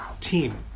team